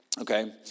Okay